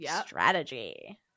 Strategy